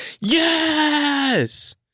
Yes